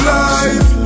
life